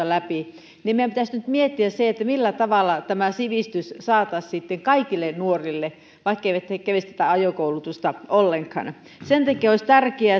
läpi meidän pitäisi nyt miettiä millä tavalla tämä sivistys saataisiin sitten kaikille nuorille vaikkeivät he kävisi tätä ajokoulutusta ollenkaan sen takia olisi tärkeätä